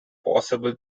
possible